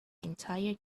entire